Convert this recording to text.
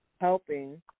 helping